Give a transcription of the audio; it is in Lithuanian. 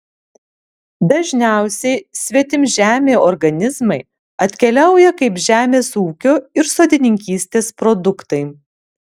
dažniausiai svetimžemiai organizmai atkeliauja kaip žemės ūkio ir sodininkystės produktai